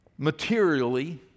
materially